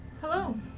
Hello